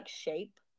shape